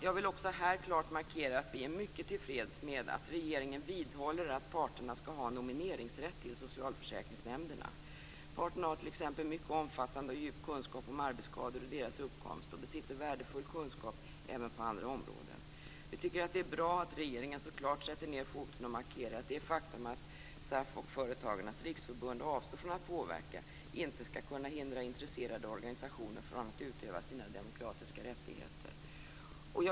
Jag vill också här klart markera att vi är mycket tillfreds med att regeringen vidhåller att parterna skall ha nomineringsrätt till socialförsäkringsnämnderna. Parterna har t.ex. mycket omfattande och djup kunskap om arbetsskador och deras uppkomst och besitter värdefull kunskap även på andra områden. Vi tycker att det är bra att regeringen så klart sätter ned foten och markerar att det faktum att SAF och Företagarnas riksförbund avstår från att påverka inte skall kunna hindra intresserade organisationer från att utöva sina demokratiska rättigheter.